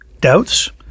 Doubts